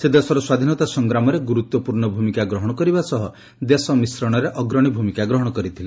ସେ ଦେଶର ସ୍ୱାଧୀନତା ସଂଗ୍ରାମରେ ଗୁରୁତ୍ୱପୂର୍ଣ୍ଣ ଭୂମିକା ଗ୍ରହଣ କରିବା ସହ ଦେଶ ମିଶ୍ରଣରେ ଅଗ୍ରଣୀ ଭୂମିକା ଗ୍ରହଣ କରିଥିଲେ